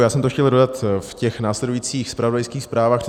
Já jsem to chtěl dodat v těch následujících zpravodajských zprávách.